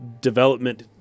Development